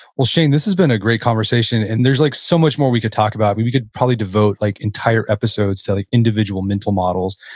well, shane, this has been a great conversation, and there's like so much more we could talk about. we we could probably devote like entire episodes to like individual mental models.